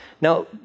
Now